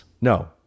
no